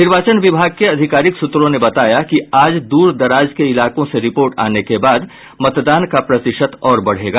निर्वाचन विभाग के अधिकारिक सूत्रों ने बताया कि आज दूर दराज के इलाकों से रिपोर्ट आने के बाद मतदान का प्रतिशत और बढ़ेगा